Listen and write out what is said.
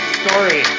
story